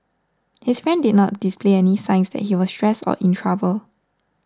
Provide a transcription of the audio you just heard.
his friend did not display any signs that he was stressed or in trouble